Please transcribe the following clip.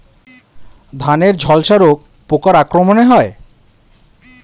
ধানের ঝলসা রোগ পোকার আক্রমণে হয়?